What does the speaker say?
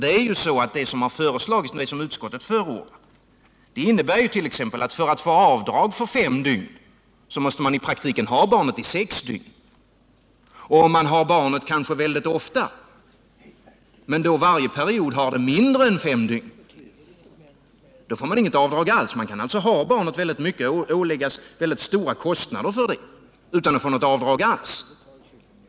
Det utskottet förordar innebärt.ex. att för att få avdrag för fem dygn måste man i praktiken ha barnet i sex dygn. Och om man har barnet mycket ofta men varje period mindre än fem dygn får man inget avdrag alls. Man kan med den här principen ha barnet mycket och åsamkas stora kostnader för det utan att få något avdrag alls.